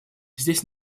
здесь